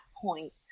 point